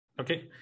Okay